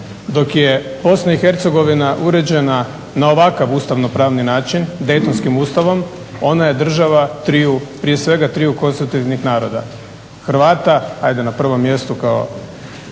dok je BiH uređena na ovakav ustavnopravni način Daytonskim ustavom ona je država triju, prije svega triju konstitutivnih naroda: Hrvata, ajde na prvom mjestu kao